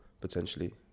potentially